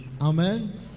Amen